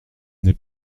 n’est